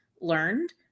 learned